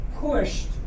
pushed